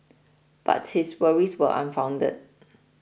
but his worries were unfounded